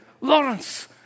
Lawrence